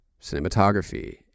cinematography